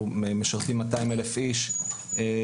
אנחנו משרתים 200 אלף איש להילולה.